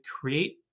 create